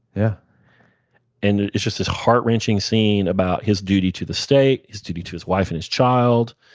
yeah and it's just this heart wrenching scene about his duty to the state, his duty to his wife and his child,